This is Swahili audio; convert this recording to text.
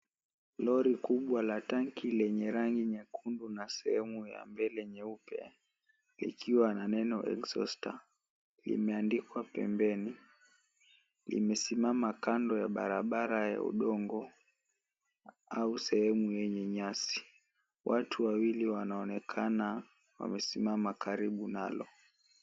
Lorry kubwa la tanki lenye rangi nyekundu na sehemu ya mbele nyeupe, likiwa na neno exhauster imeandikwa pembeni. Limesimama kando ya barabara ya udongo au sehemu yenye nyasi. Watu wawili wanaonekana wamesimama karibu nalo.